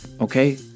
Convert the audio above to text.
okay